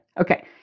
Okay